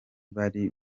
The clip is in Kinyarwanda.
bari